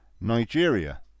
Nigeria